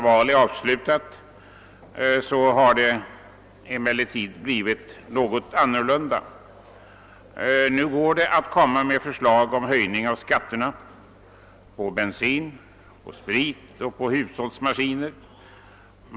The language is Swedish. Efter valet har det blivit annorlunda. Nu går det an att lägga fram förslag om höjning av skatterna på bensin, sprit och hushållsmaskiner.